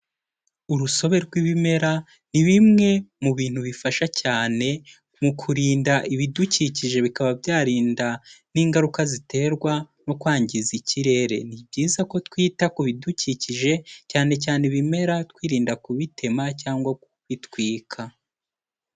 Urusobe rw'ibimera ni bimwe mu bintu bifasha cyane mu kurinda ibidukikije bikaba byarinda n'ingaruka ziterwa no kwangiza ikirere, ni byizayiza ko twita ku bidukikije cyane cyane ibimera twirinda kubitema cyangwa kubitwika.